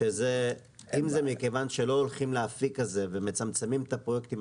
אם זה מכיוון שלא הולכים לאפיק הזה ומצמצמים את הפרויקטים,